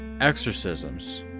exorcisms